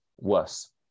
worse